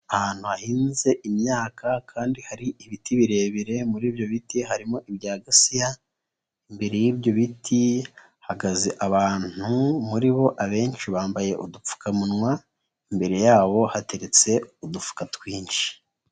Ahantu hahinze imyaka kandi hari ibiti birebire muri ibyo biti harimo ibya gasiha imbere y'ibyo biti hahagaze abantu muri bo abenshi bambaye udupfukamunwa imbere yabo hateretse udufuka twinshi.